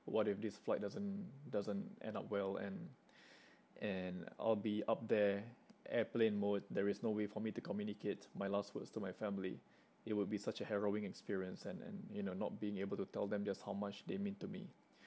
what if this flight doesn't doesn't end up well and and I'll be up there airplane mode there is no way for me to communicate my last words to my family it would be such a harrowing experience and and you know not being able to tell them just how much they mean to me